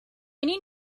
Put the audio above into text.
need